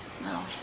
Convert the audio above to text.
No